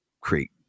create